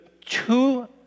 two